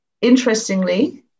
interestingly